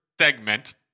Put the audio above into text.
segment